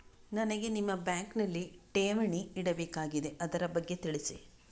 ನನಗೆ ನಿಮ್ಮ ಬ್ಯಾಂಕಿನಲ್ಲಿ ಠೇವಣಿ ಇಡಬೇಕಾಗಿದೆ, ಅದರ ಬಗ್ಗೆ ತಿಳಿಸಿ